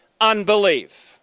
unbelief